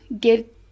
get